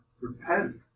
Repent